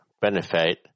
benefit